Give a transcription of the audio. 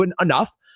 enough